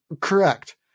Correct